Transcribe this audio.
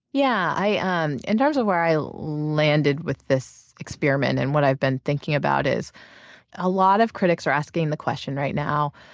yeah, in terms of where i landed with this experiment and what i've been thinking about is a lot of critics are asking the question right now,